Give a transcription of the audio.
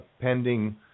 pending